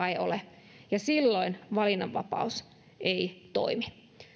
ei ole ja silloin valinnanvapaus ei toimi